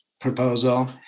proposal